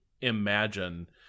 imagine